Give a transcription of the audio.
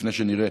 לפני שנראה,